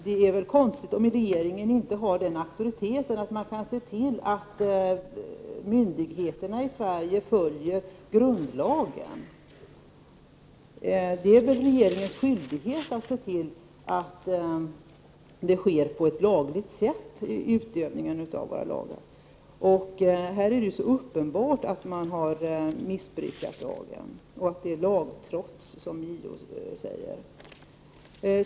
Det är väl konstigt, om regeringen inte har den auktoriteten att den kan se till att myndigheterna i Sverige följer grundlagen. Det är regeringens skyldighet att se till att handläggningen sker på ett lagligt sätt. Här är det uppenbart att man har missbrukat lagen och att det är lagtrots, som JO säger.